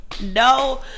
No